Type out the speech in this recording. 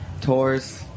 Tours